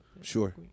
Sure